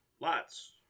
Lots